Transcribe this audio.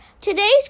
Today's